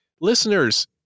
Listeners